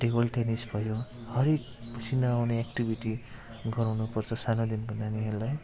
table tennis भयो हरेक पसिना आउने एक्टिभिटी गराउनुपर्छ सानोदेखिको नानीहरूलाई